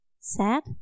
sad